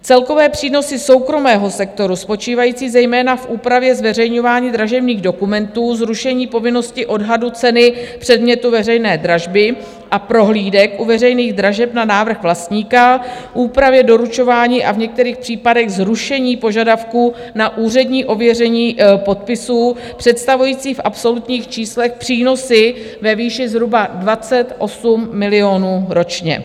Celkové přínosy soukromého sektoru spočívající zejména v úpravě zveřejňování dražebních dokumentů, zrušení povinnosti odhadu ceny předmětu veřejné dražby a prohlídek u veřejných dražeb na návrh vlastníka, úpravě doručování a v některých případech zrušení požadavků na úřední ověření podpisů představující v absolutních číslech přínosy ve výši zhruba 28 milionů ročně.